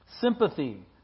sympathy